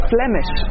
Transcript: Flemish